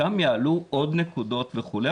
שם יעלו עוד נקודות וכולי,